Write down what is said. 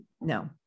no